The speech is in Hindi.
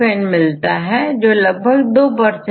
अभी के डाटा में आप देखेंगेtryptophan12है